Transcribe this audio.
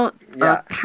ya